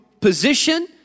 position